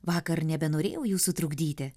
vakar nebenorėjau jūsų trukdyti